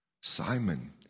Simon